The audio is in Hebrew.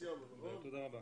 ליושב-ראש.